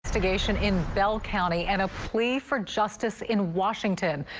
investigation in bell county and a plea for justice in washington.